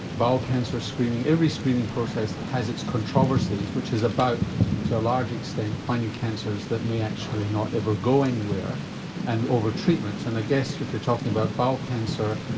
bowel cancer screening, every screening process has its controversies which is about to a large extent finding cancers that may actually not ever go anywhere and overtreatment. and i guess if you're talking about bowel cancer,